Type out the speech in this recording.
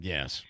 Yes